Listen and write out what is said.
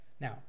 Now